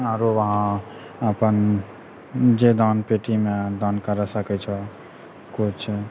आओरो वहाँ जे अपन दानपेटीमे दान करै सकै छो कुछ